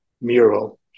mural